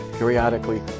periodically